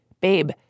babe